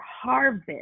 harvest